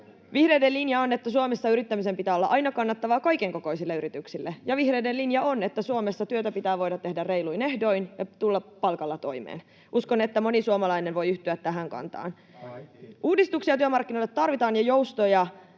Vihreiden linja on, että Suomessa yrittämisen pitää olla aina kannattavaa kaikenkokoisille yrityksille, ja vihreiden linja on, että Suomessa työtä pitää voida tehdä reiluin ehdoin ja tulla palkalla toimeen. Uskon, että moni suomalainen voi yhtyä tähän kantaan. [Ben Zyskowicz: Kaikki!] Uudistuksia työmarkkinoille tarvitaan, ja joustoja.